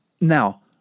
Now